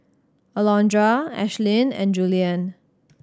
Alondra Ashlyn and Juliann